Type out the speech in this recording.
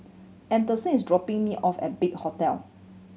Anderson is dropping me off at Big Hotel